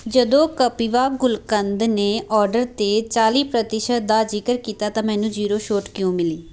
ਜਦੋਂ ਕਪਿਵਾ ਗੁਲਕੰਦ ਨੇ ਔਡਰ 'ਤੇ ਚਾਲੀ ਪ੍ਰਤੀਸ਼ਤ ਦਾ ਜ਼ਿਕਰ ਕੀਤਾ ਤਾਂ ਮੈਨੂੰ ਜ਼ੀਰੋ ਛੋਟ ਕਿਉਂ ਮਿਲੀ